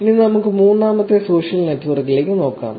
ഇനി നമുക്ക് മൂന്നാമത്തെ സോഷ്യൽ നെറ്റ്വർക്ക് നോക്കാം